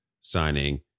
signing